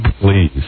Please